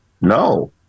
No